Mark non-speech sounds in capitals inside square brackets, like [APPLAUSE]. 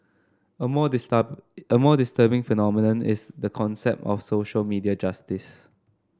a more [UNINTELLIGIBLE] a more disturbing phenomenon is the concept of social media justice